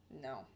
No